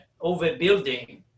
overbuilding